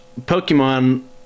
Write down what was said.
Pokemon